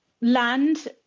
land